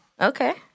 Okay